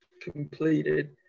completed